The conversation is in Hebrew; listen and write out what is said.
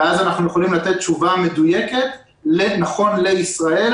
ואז אנחנו יכולים לתת תשובה מדויקת נכון לישראל,